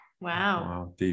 Wow